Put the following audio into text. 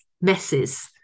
messes